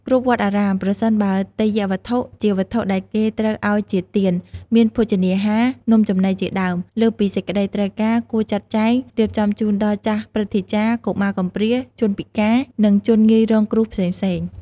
គ្រប់វត្តអារាម ប្រសិនបើ ទេយ្យវត្ថុ ជាវត្ថុដែលគេត្រូវឱ្យជាទាន មានភោជនាហារ នំចំណីជាដើម លើសពីសេចក្តីត្រូវការ គួរចាត់ចែង រៀបចំជូនដល់ចាស់ព្រឹទ្ធាចារ្យ កុមារកំព្រា ជនពិការ និងជនងាយរងគ្រោះផ្សេងៗ។